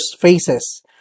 faces